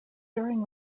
during